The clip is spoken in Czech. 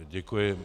Děkuji.